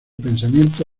pensamiento